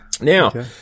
Now